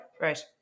right